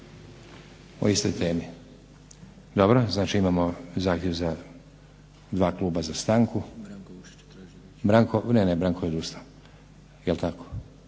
O istoj temi. Dobro, znači imamo zahtjev dva kluba za stanku. Branko. Ne, ne, Branko je odustao. Je'l tako?